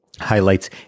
highlights